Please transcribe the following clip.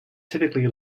typically